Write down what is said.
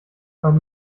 meine